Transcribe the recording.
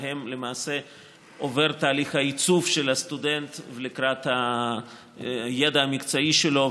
שבהם למעשה עובר תהליך העיצוב של הסטודנט לקראת הידע המקצועי שלו,